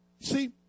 See